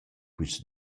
quists